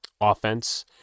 Offense